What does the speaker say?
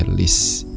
this